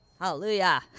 Hallelujah